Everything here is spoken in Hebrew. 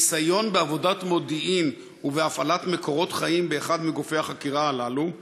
ניסיון בעבודת מודיעין ובהפעלת מקורות חיים באחד מגופי החקירה הללו,